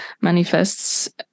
manifests